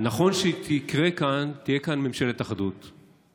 נכון שיקרה כאן שתהיה ממשלת אחדות.